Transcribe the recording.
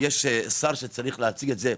יש שר שצריך להציג את זה,